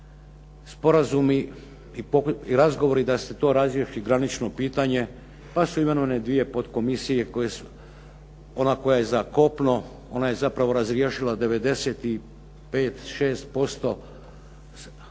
sporazumi i razgovori da se to razriješi granično pitanje pa su imenovane dvije podkomisije, ona koja je za kopno ona zapravo razriješila 95, 96% cijele